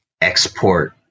export